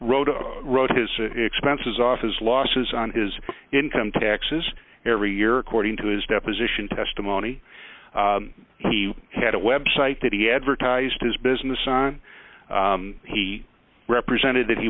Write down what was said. wrote his expenses off his losses on his income taxes every year according to his deposition testimony he had a web site that he advertised his business on he represented that he